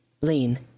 lean